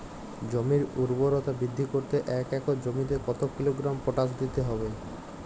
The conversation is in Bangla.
জমির ঊর্বরতা বৃদ্ধি করতে এক একর জমিতে কত কিলোগ্রাম পটাশ দিতে হবে?